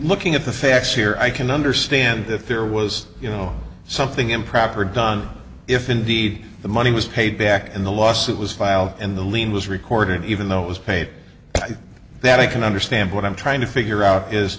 looking at the facts here i can understand if there was you know something improper done if indeed the money was paid back and the lawsuit was filed and the lien was recorded even though it was paid that i can understand what i'm trying to figure out is